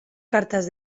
cartas